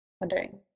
wondering